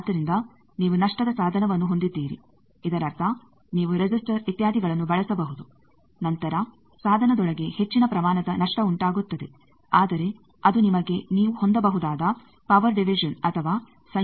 ಆದ್ದರಿಂದ ನೀವು ನಷ್ಟದ ಸಾಧನವನ್ನು ಹೊಂದಿದ್ದೀರಿ ಇದರರ್ಥ ನೀವು ರೆಸಿಸ್ಟರ್ ಇತ್ಯಾದಿಗಳನ್ನು ಬಳಸಬಹುದು ನಂತರ ಸಾಧನದೊಳಗೆ ಹೆಚ್ಚಿನ ಪ್ರಮಾಣದ ನಷ್ಟ ಉಂಟಾಗುತ್ತದೆ ಆದರೆ ಅದು ನಿಮಗೆ ನೀವು ಹೊಂದಬಹುದಾದ ಪವರ್ ಡಿವಿಜನ್ ಅಥವಾ ಸಂಯೋಜನೆಯನ್ನು ನೀಡುತ್ತದೆ